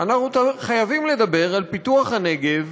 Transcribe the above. אנחנו חייבים לדבר על פיתוח הנגב